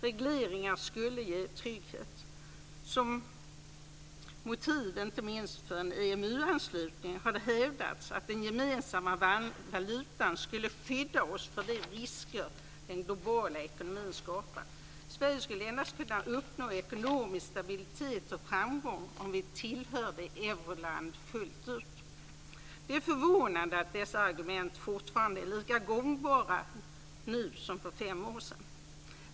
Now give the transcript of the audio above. Regleringar skulle ge trygghet. Som motiv, inte minst för en EMU-anslutning, har det hävdats att den gemensamma valutan skulle skydda oss mot de risker som den globala ekonomin skapar. Sverige skulle endast kunna uppnå ekonomisk stabilitet och framgång om vi tillhörde Euroland fullt ut. Det är förvånande att dessa argument fortfarande är lika gångbara nu som för fem år sedan.